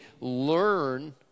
learn